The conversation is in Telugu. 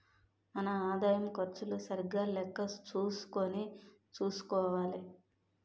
మన ఆదాయం ఖర్చులు సరిగా లెక్క చూసుకుని చూసుకోవాలి